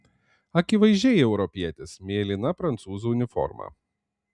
akivaizdžiai europietis mėlyna prancūzų uniforma